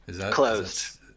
Closed